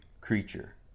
creature